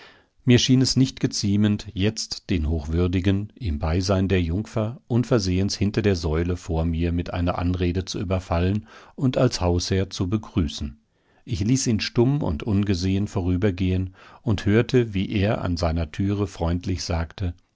mir schien es nicht geziemend jetzt den hochwürdigen im beisein der jungfer unversehens hinter der säule vor mir mit einer anrede zu überfallen und als hausherr zu begrüßen ich ließ ihn stumm und ungesehen vorübergehen und hörte wie er an seiner türe freundlich sagte